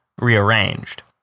rearranged